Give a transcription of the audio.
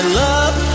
love